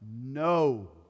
no